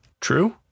True